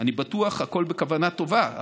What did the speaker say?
אני בטוח שהכול בכוונה טובה,